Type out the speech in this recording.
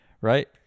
right